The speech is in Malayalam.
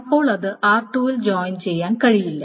അപ്പോൾ അത് r2 ൽ ജോയിൻ ചെയ്യാൻ കഴിയില്ല